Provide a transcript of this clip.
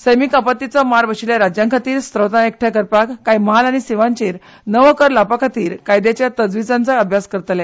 सैमीक आपत्तीचो मार बशिल्ल्या राज्यांखातीर स्रोता एकठाय करपाक कांय म्हाल आनी सेवांचेर नवो कर लावपा खातीर कायद्याच्या तजवीजांचोय अभ्यास करतले